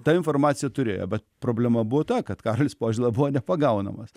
tą informaciją turėjo bet problema buvo ta kad karolis požėla buvo nepagaunamas